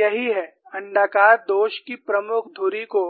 यही है अण्डाकार दोष की प्रमुख धुरी को